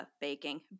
baking